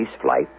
flight